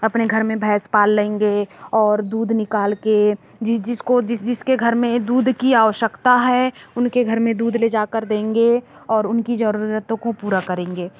अपने घर में भैंस पाल लेंगे और दूध निकाल कर जिस जिस को जिस जिस के घर में दूध की आवश्यकता है उनके घर में दूध ले जा कर देंगे और उनकी ज़रूरतों को पूरा करेंगे